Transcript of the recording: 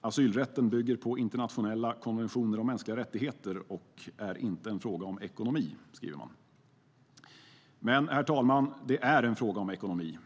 "asylrätten bygger på internationella konventioner om mänskliga rättigheter och är inte en fråga om ekonomi". Herr talman! Det är en fråga om ekonomi.